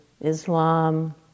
Islam